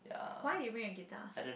why did you bring a guitar